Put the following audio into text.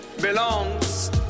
belongs